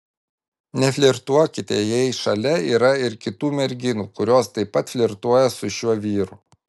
neflirtuokite jei šalia yra ir kitų merginų kurios taip pat flirtuoja su šiuo vyru